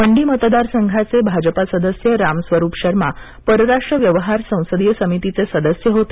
मंडी मतदारसंघाचे भाजपा सदस्य राम स्वरुप शर्मा परराष्ट्र व्यवहार संसदीय समितीचे सदस्य होते